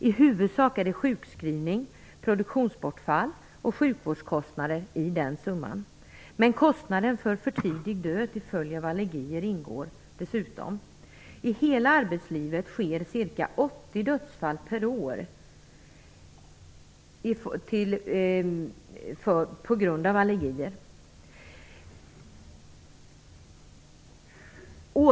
I huvudsak ingår sjukskrivning, produktionsbortfall och sjukvårdskostnader i den summan. Men kostnaden för förtidig död till följd av allergier ingår dessutom. I hela arbetslivet sker ca 80 dödsfall per år på grund av allergier.